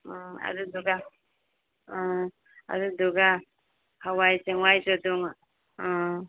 ꯎꯝ ꯑꯗꯨꯗꯨꯒ ꯑꯗꯨꯗꯨꯒ ꯍꯥꯋꯥꯏ ꯆꯦꯡꯋꯥꯏꯁꯨ ꯑꯗꯨꯝ